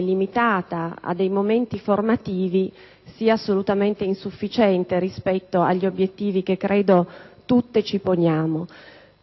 limitata a momenti formativi, sia assolutamente insufficiente rispetto agli obiettivi che credo tutti ci poniamo.